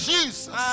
Jesus